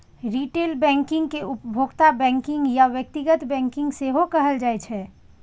retail banking कें उपभोक्ता banking या व्यक्तिगत बैंकिंग सेहो कहल जाइ छै